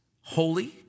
holy